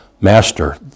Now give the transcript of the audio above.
Master